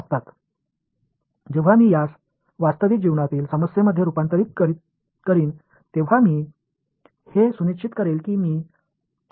இதை நான் ஒரு உண்மையான வாழ்க்கை சிக்கலாக மாற்றும்போது நான் பிஸிக்கல் குவான்டிடிஸ் பற்றி பேசவில்லை என்பதை உறுதி செய்வேன்